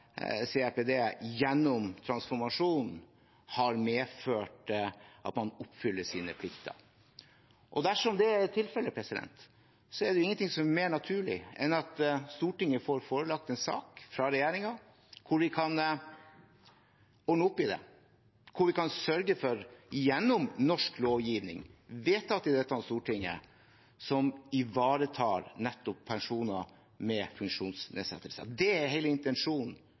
CRPD gjennom transformasjon har medført at man oppfyller sine plikter. Dersom det er tilfellet, er det jo ingenting som er mer naturlig enn at Stortinget får forelagt en sak fra regjeringen hvor vi kan ordne opp i det, hvor vi kan sørge for at norsk lovgivning gjennom vedtak i dette stortinget ivaretar nettopp personer med funksjonsnedsettelse. Det er hele intensjonen